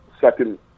second